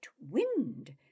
wind